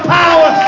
power